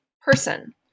person